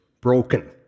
broken